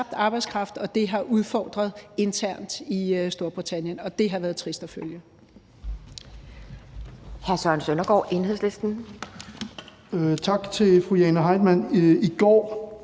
arbejdskraft, og det har udfordret internt i Storbritannien. Det har været trist at følge.